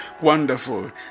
Wonderful